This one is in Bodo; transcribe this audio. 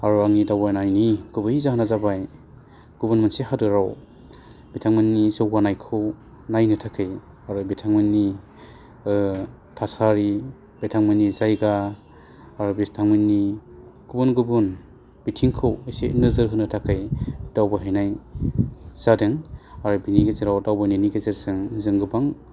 आरो आंनि दावबायनायनि गुबै जाहोना जाबाय गुबुन मोनसे हादोराव बिथांमोननि जौगानायखौ नायनो थाखै आरो बिथांमोननि थासारि बिथांमोननि जायगा आरो बिथांमोननि गुबुन गुबुन बिथिंखौ इसे नोजोर होनो थाखाय दावबायहैनाय जादों आरो बिनि गेजेराव दावबायनायनि गेजेरजों जों गोबां